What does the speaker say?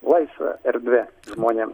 laisva erdvė žmonėm